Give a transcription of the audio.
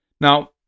Now